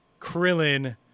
Krillin